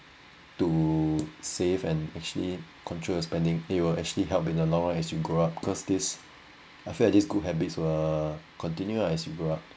to save and actually control your spending it will actually help in a long run as you grow up cause this I feel like this good habits will continue ah as you grow up